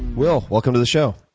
will, welcome to the show.